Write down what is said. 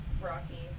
Rocky